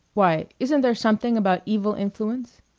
why, isn't there something about evil influence?